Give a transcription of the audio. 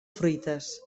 fruites